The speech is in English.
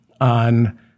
on